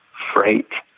freight,